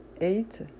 Eight